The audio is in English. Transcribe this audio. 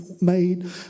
made